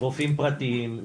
רופאים פרטיים,